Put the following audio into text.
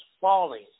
falling